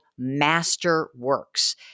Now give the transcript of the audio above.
Masterworks